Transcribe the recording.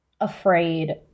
afraid